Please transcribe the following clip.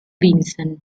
vincent